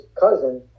cousin